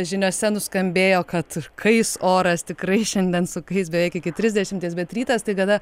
žiniose nuskambėjo kad kais oras tikrai šiandien sukais beveik iki trisdešimties bet rytas tai gana